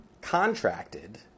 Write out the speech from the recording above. contracted